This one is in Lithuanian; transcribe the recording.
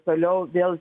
toliau vėl